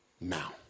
Now